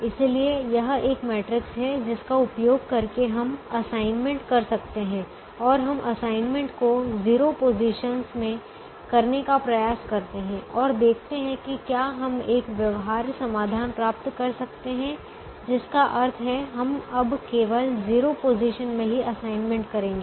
इसलिए यह एक मैट्रिक्स है जिसका उपयोग करके हम असाइनमेंट कर सकते हैं और हम असाइनमेंट को 0 पोजीशन में करने का प्रयास करते हैं और देखते हैं कि क्या हम एक व्यवहार्य समाधान प्राप्त कर सकते हैं जिसका अर्थ है हम अब केवल 0 पोजीशन में ही असाइनमेंट करेंगे